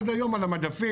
עד היום על המדפים,